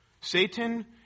Satan